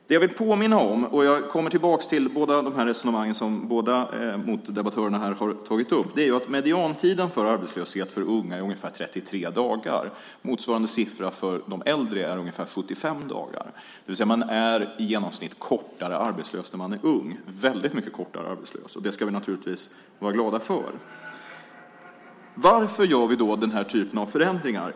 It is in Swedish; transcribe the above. Det jag vill påminna om - jag kommer tillbaka till båda resonemangen som de två motdebattörerna här har tagit upp - är att mediantiden för arbetslöshet bland unga är ungefär 33 dagar. Motsvarande siffra för de äldre är ungefär 75 dagar. I genomsnitt är man alltså arbetslös under en väldigt mycket kortare tid när man är ung. Det ska vi givetvis vara glada över. Varför gör vi då den här typen av förändringar?